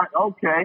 Okay